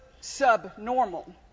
subnormal